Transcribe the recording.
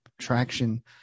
traction